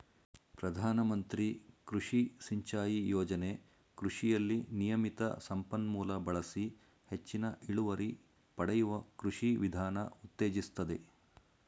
ಪ್ರಧಾನಮಂತ್ರಿ ಕೃಷಿ ಸಿಂಚಾಯಿ ಯೋಜನೆ ಕೃಷಿಯಲ್ಲಿ ನಿಯಮಿತ ಸಂಪನ್ಮೂಲ ಬಳಸಿ ಹೆಚ್ಚಿನ ಇಳುವರಿ ಪಡೆಯುವ ಕೃಷಿ ವಿಧಾನ ಉತ್ತೇಜಿಸ್ತದೆ